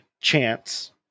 chance